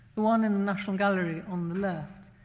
the one in the national gallery on the left,